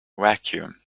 vacuum